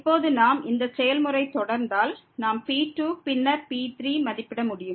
இப்போது நாம் இந்த செயல்முறையை தொடர்ந்தால் நாம் P2 பின்னர் P3ஐ மதிப்பிட முடியும்